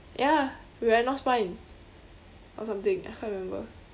ya we were at north spine or something I can't remember